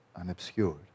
unobscured